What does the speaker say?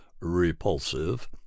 repulsive